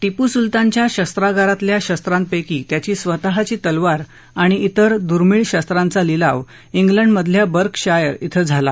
टिपू सुलतानच्या शस्त्रांगारातल्या शस्त्रांपैकी त्याची स्वतःची तलवार आणि तिर दुर्मिळ शस्त्रांचा लिलाव जेलंडमधल्या बर्कशायर िं झाला